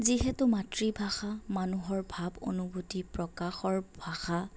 যিহেতু মাতৃভাষা মানুহৰ ভাৱ অনুভূতি প্ৰকাশৰ ভাষা